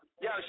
Yo